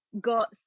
got